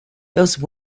those